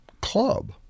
club